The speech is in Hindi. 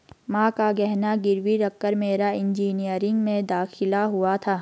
मां का गहना गिरवी रखकर मेरा इंजीनियरिंग में दाखिला हुआ था